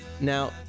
Now